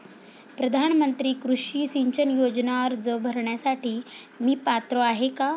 प्रधानमंत्री कृषी सिंचन योजना अर्ज भरण्यासाठी मी पात्र आहे का?